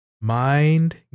Mind